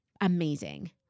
Amazing